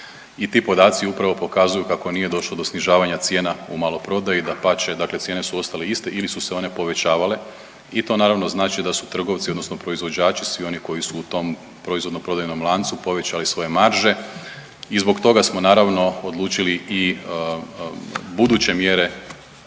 i ti podaci upravo pokazuju kako nije došlo do snižavanja cijena u maloprodaju. Dapače dakle cijene su ostale iste ili su se one povećavale i to naravno znači da su trgovci odnosno proizvođači, svi oni koji su u tom proizvodno prodajnom lancu povećali svoje marže i zbog toga smo naravno odlučili i buduće mjere